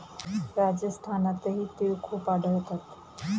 राजस्थानातही तिळ खूप आढळतात